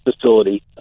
facility